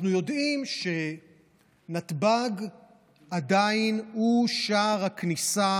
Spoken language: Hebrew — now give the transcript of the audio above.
אנחנו יודעים שנתב"ג הוא עדיין שער הכניסה